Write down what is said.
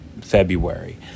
February